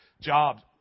job's